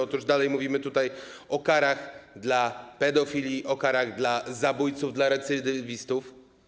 Otóż dalej mówimy tutaj o karach dla pedofili, o karach dla zabójców, dla recydywistów.